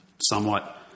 somewhat